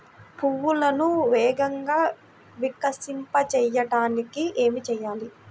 పువ్వులను వేగంగా వికసింపచేయటానికి ఏమి చేయాలి?